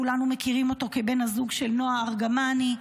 כולנו מכירים אותו כבן הזוג של נועה ארגמני,